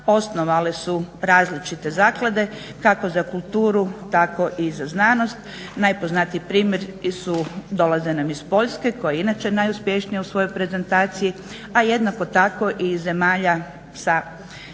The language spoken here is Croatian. osnovale su različite zaklade kako za kulturu, tako i za znanost. Najpoznatiji primjeri dolaze nam iz Poljske koja je inače najuspješnija u svojoj prezentaciji, a jednako tako i zemalja sa sjevera